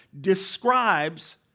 describes